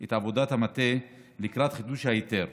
את עבודת המטה לקראת חידוש ההיתר.